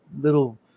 little